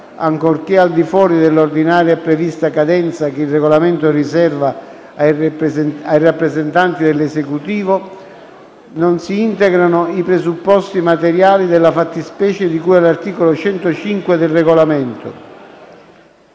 ancorché al di fuori della ordinaria e prevista cadenza che il Regolamento riserva ai rappresentanti dell'Esecutivo, non si integrano i presupposti materiali della fattispecie di cui all'articolo 105 del Regolamento.